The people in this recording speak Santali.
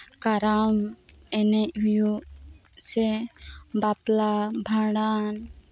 ᱠᱟᱨᱟᱢ ᱮᱱᱮᱡ ᱦᱩᱭᱩᱜ ᱥᱮ ᱵᱟᱯᱞᱟ ᱵᱷᱟᱸᱰᱟᱱ